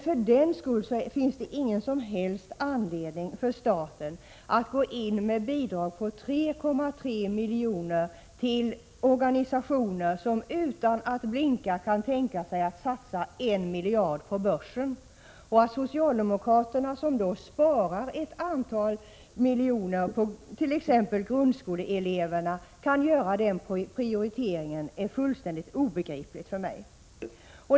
För den skull finns det dock ingen som helst anledning för staten att gå in med bidrag på 3,3 milj.kr. till organisationer som utan att blinka kan tänka sig att satsa 1 miljard kronor på börsen. Att socialdemokraterna, som sparar ett antal miljoner på t.ex. grundskoleeleverna, kan göra denna prioritering är för mig fullständigt obegripligt.